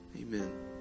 amen